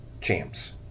champs